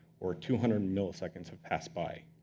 or two hundred milliseconds have passed by.